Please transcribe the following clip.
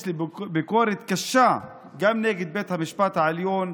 יש לי ביקורת קשה גם נגד בית המשפט העליון,